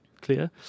clear